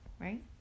Right